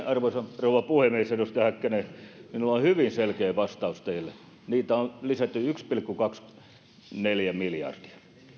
arvoisa rouva puhemies edustaja häkkänen minulla on hyvin selkeä vastaus teille niitä on lisätty yksi pilkku neljä miljardia